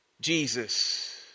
Jesus